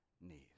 knees